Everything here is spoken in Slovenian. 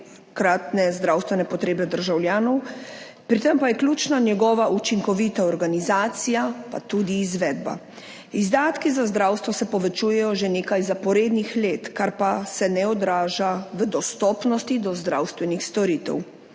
vsakokratne zdravstvene potrebe državljanov, pri tem pa je ključna njegova učinkovita organizacija, pa tudi izvedba. Izdatki za zdravstvo se povečujejo že nekaj zaporednih let, kar pa se ne odraža v dostopnosti do zdravstvenih storitev.